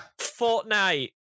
Fortnite